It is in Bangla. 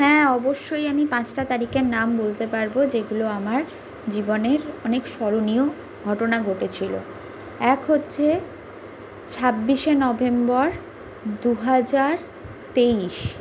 হ্যাঁ অবশ্যই আমি পাঁচটা তারিখের নাম বলতে পারব যেগুলো আমার জীবনের অনেক স্মরণীয় ঘটনা ঘটেছিল এক হচ্ছে ছাব্বিশে নভেম্বর দু হাজার তেইশ